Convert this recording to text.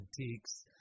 antiques